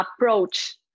approach